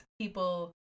people